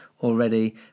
already